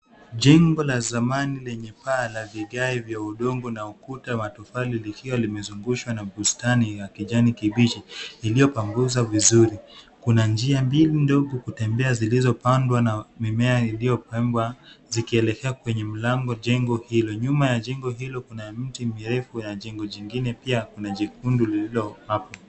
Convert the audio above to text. Jengo la zamani lenye paa la vigae vya udongo na ukuta wa matofali likiwa limezungushwa na bustani ya kijani kibichi iliyopanguzwa vizuri. Kuna njia mbili ndogo kutembea zilipandwa na mimea iliyopandwa zikielekea kwenye mlango jengo hilo. Nyuma ya jengo hilo kuna mti mirefu na jengo jingine pia kuna jekundu lililo hapo.